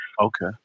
Okay